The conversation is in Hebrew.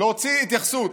להוציא התייחסות,